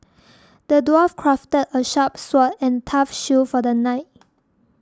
the dwarf crafted a sharp sword and tough shield for the knight